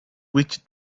which